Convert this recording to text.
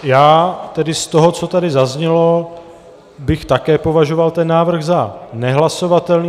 Já tedy z toho, co tady zaznělo, bych také považoval ten návrh za nehlasovatelný.